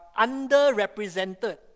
underrepresented